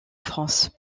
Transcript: france